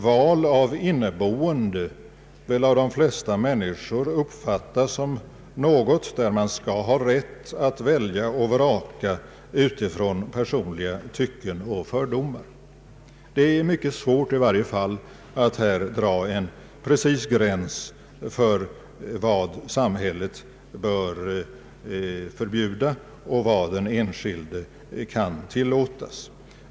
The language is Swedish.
Val av inneboende uppfattas väl av de flesta människor som något där man skall ha rätt att välja och vraka utifrån personliga tycken och fördomar. Det är i varje fall mycket svårt att här dra en precis gräns för vad samhället bör förbjuda och vad den enskilde kan tillåtas.